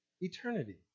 eternity